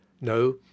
no